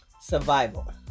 Survival